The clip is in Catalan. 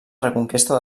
reconquesta